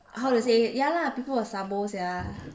how to say ya lah people will sabo sia